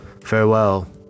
farewell